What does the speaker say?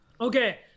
Okay